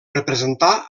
representà